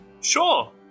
sure